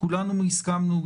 כולנו הסכמנו,